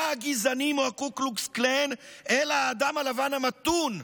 הגזענים או הקו קלוקס קלן אלא האדם הלבן המתון,